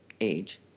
age